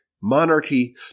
monarchy